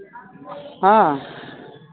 ᱦᱮᱸ